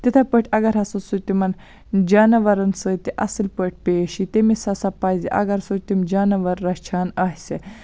تِتھَے پٲٹھۍ اگر ہسا سُہ تِمَن جانورَن سۭتۍ تہِ اصٕل پٲٹھۍ پیش یی تٔمِس ہسا پَزِ اگر سُہ تِم جانوَر رچھان آسہِ